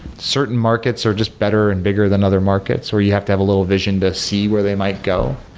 certain markets are just better and bigger than other markets where you have to have a little vision to see where they might go.